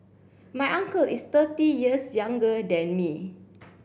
my uncle is thirty years younger than me